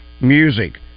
music